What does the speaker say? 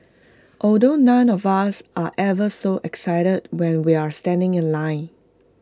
although none of us are ever so excited when we're standing in line